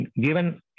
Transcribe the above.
given